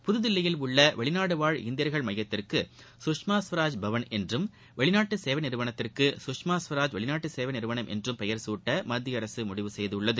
புதுதில்லியில் உள்ள வெளிநாடுவாழ் இந்தியர்கள் மையத்திற்கு சுஷ்மா ஸ்வராஜ் பவன் என்றும் வெளிநாட்டு சேவை நிறுவனத்திற்கு சுஷ்மா ஸ்வராஜ் வெளிநாட்டு சேவை நிறுவனம் என்றும் பெயர் சூட்ட மத்திய அரசு முடிவு செய்துள்ளது